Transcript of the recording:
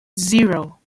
zero